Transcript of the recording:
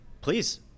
Please